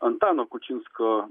antano kučinsko